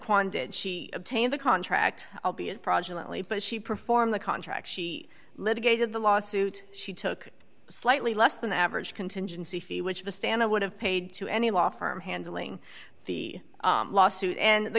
kwan did she obtained the contract will be a fraudulent leap but she performed the contract she litigated the lawsuit she took slightly less than average contingency fee which the standard would have paid to any law firm handling the lawsuit and the